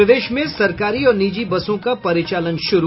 और प्रदेश में सरकारी और निजी बसों का परिचालन शुरू